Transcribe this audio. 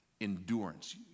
endurance